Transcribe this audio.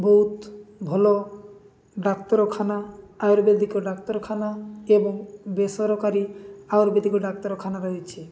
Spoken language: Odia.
ବହୁତ ଭଲ ଡାକ୍ତରଖାନା ଆୟୁର୍ବେଦିକ ଡାକ୍ତରଖାନା ଏବଂ ବେସରକାରୀ ଆୟୁର୍ବେଦିକ ଡାକ୍ତରଖାନା ରହିଛି